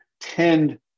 tend